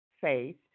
faith